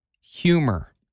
Humor